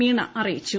മീണ അറിയിച്ചു